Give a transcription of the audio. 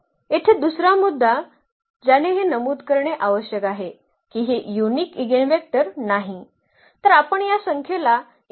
येथे दुसरा मुद्दा ज्याने हे नमूद करणे आवश्यक आहे की हे युनिक इगेनन्वेक्टर नाही